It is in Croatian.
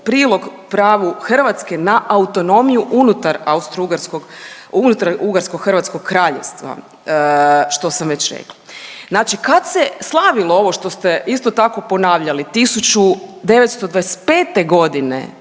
prilog pravu Hrvatske na autonomiju unutar Austrougarskog, unutar Ugarsko-hrvatskog kraljevstva što sam već rekla. Znači kad se slavilo ovo što ste isto tako ponavljali 1925. godine